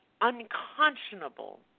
unconscionable